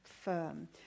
firm